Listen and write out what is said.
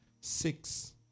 Six